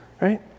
right